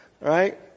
right